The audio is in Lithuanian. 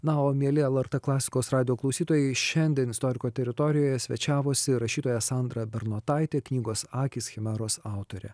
na o mieli lrt klasikos radijo klausytojai šiandien istoriko teritorijoje svečiavosi rašytoja sandra bernotaitė knygos akys chimeros autorė